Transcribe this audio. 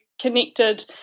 connected